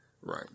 right